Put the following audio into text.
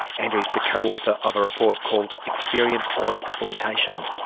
andrew is the co-author of a report called experience or exploitation.